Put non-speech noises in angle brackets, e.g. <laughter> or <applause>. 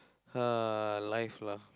<noise> life lah